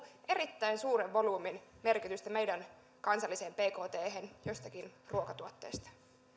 erittäin suuren volyymin merkitystä meidän kansalliseen bkthen jostakin ruokatuotteesta